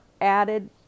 added